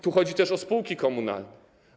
Tu chodzi też o spółki komunalne.